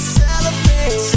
celebrate